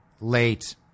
late